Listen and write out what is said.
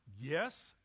Yes